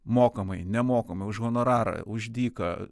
mokamai nemokamai už honorarą už dyką